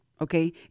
Okay